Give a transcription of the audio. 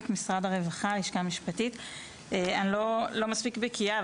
אני לא מספיק בקיאה.